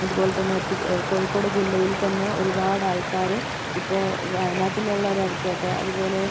ഇതുപോലെത്തന്നെ കോഴിക്കോട് ജില്ലയിൽ തന്നെ ഒരുപാട് ആൾക്കാര് ഇപ്പോൾ വയനാട്ടിലുള്ളവരായിക്കോട്ടെ അതുപോലെ